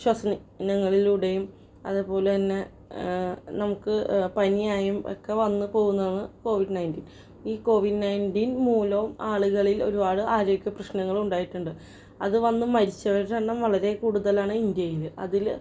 ശ്വസനി നങ്ങളിലൂടെയും അതെപോലെ തന്നെ നമുക്ക് പനിയായും ഒക്കെ വന്നു പോകുന്നതാണ് കോവിഡ് നയൻറ്റീൻ ഈ കോവിഡ് നയൻറ്റീൻ മൂലവും ആളുകളിൽ ഒരുപാട് ആരോഗ്യ പ്രശ്നങ്ങളുണ്ടായിട്ടുണ്ട് അതു വന്നു മരിച്ചവരുടെ എണ്ണം വളരെ കൂടുതലാണ് ഇന്ത്യയിൽ അതിൽ